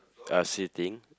uh sitting